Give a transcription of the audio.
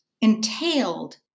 entailed